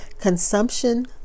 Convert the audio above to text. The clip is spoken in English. consumption